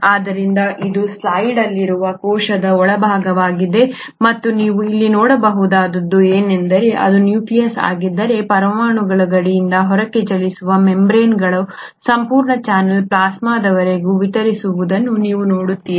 ಆದ್ದರಿಂದ ಇದು ಈ ಸ್ಲೈಡ್ ಅಲ್ಲಿರುವ ಕೋಶದ ಒಳಭಾಗವಾಗಿದೆ ಮತ್ತು ನೀವು ಇಲ್ಲಿ ನೋಡಬಹುದಾದದ್ದು ಏನೆಂದರೆ ಇದು ನ್ಯೂಕ್ಲಿಯಸ್ ಆಗಿದ್ದರೆ ಪರಮಾಣು ಗಡಿಯಿಂದ ಹೊರಕ್ಕೆ ಚಲಿಸುವ ಮೆಂಬರೇನ್ಗಳ ಸಂಪೂರ್ಣ ಚಾನಲ್ ಪ್ಲಾಸ್ಮಾದವರೆಗೆ ವಿಸ್ತರಿಸಿರುವುದನ್ನು ನೀವು ನೋಡುತ್ತೀರಿ